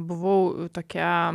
buvau tokia